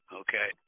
okay